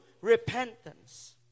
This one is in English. repentance